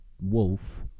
wolf